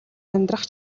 амьдрах